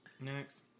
Next